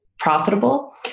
Profitable